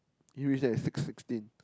you are just six sixteen